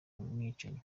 mwicanyi